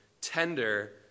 tender